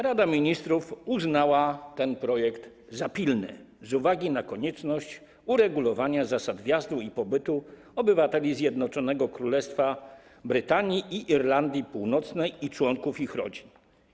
Rada Ministrów uznała ten projekt za pilny z uwagi na konieczność uregulowania zasad wjazdu i pobytu obywateli Zjednoczonego Królestwa Wielkiej Brytanii i Irlandii Północnej i członków ich rodzin.